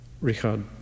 Richard